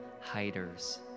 hiders